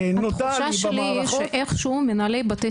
נודע במערכות -- התחושה שלי היא שאיכשהו מנהלי בתי